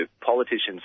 politicians